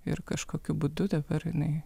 ir kažkokiu būdu dabar jinai